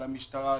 למשטרה,